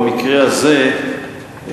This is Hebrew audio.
במקרה הזה,